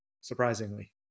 surprisingly